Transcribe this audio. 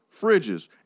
fridges